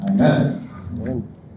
Amen